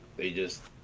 they just